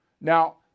Now